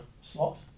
slot